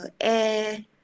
air